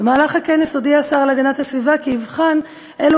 במהלך הכנס הודיע השר להגנת הסביבה כי יבחן אילו